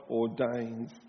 ordains